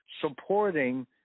supporting